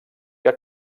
que